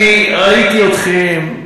אני ראיתי אתכם,